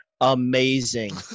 amazing